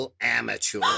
amateur